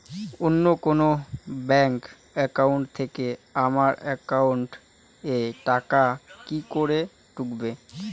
অন্য কোনো bank account থেকে আমার একাউন্ট এ টাকা কি করে ঢুকবে?